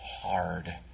hard